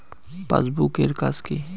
Passbook এর কাজ কি?